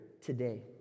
today